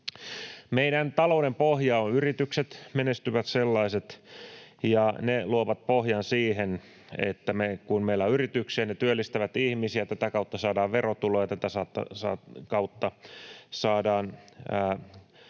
Meidän talouden pohja on yritykset, menestyvät sellaiset, ja ne luovat pohjan siihen, että kun meillä on yrityksiä ja ne työllistävät ihmisiä, tätä kautta saadaan verotuloja, tätä kautta saadaan